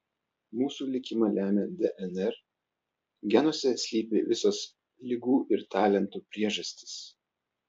mūsų likimą lemia dnr genuose slypi visos ligų ir talentų priežastys